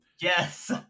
Yes